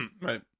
Right